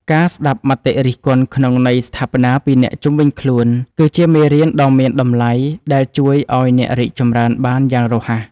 ការស្ដាប់មតិរិះគន់ក្នុងន័យស្ថាបនាពីអ្នកជុំវិញខ្លួន គឺជាមេរៀនដ៏មានតម្លៃដែលជួយឱ្យអ្នករីកចម្រើនបានយ៉ាងរហ័ស។